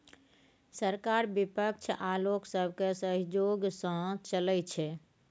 सरकार बिपक्ष आ लोक सबके सहजोग सँ चलइ छै